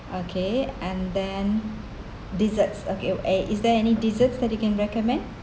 okay and then desserts okay eh is there any desserts that you can recommend